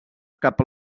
cap